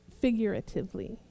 figuratively